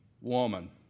woman